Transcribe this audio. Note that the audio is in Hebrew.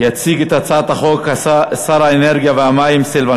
יציג את הצעת החוק שר האנרגיה והמים סילבן